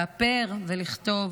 לאפר ולכתוב,